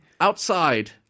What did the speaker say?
outside